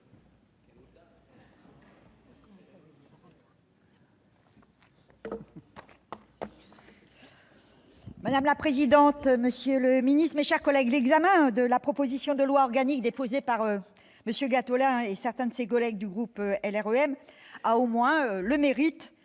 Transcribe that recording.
Madame la présidente, monsieur le secrétaire d'État, mes chers collègues, l'examen de la proposition de loi organique déposée par M. Gattolin et certains de ses collègues du groupe LREM a au moins le mérite